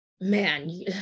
man